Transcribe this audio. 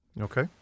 Okay